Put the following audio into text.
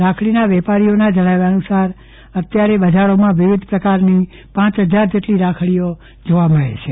રાખડીના વેપારીઓના જણાવ્યા અનુસાર અત્યારે બજારમાં વિવિધ પ્રકારની પાંચ હજાર રાખડીઓ જોવા મળે છે